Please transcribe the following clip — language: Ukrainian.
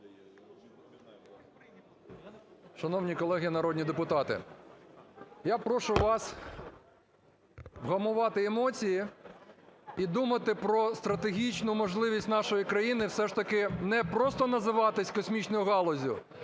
Шановні колеги народні депутати, я прошу вас вгамувати емоції і думати про стратегічну можливість нашої країни все ж таки не просто називатися космічною галуззю,